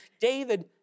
David